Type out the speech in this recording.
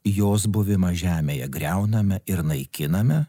jos buvimą žemėje griauname ir naikiname